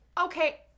okay